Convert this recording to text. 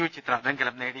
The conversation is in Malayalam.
യു ചിത്ര വെങ്കലം നേടി